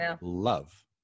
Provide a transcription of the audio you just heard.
love